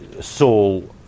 Saul